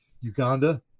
Uganda